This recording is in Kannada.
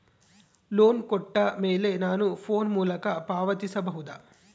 ಲೋನ್ ಕೊಟ್ಟ ಮೇಲೆ ನಾನು ಫೋನ್ ಮೂಲಕ ಪಾವತಿಸಬಹುದಾ?